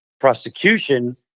prosecution